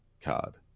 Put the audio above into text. card